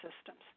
systems